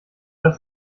dass